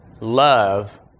love